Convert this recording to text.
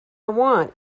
want